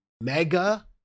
mega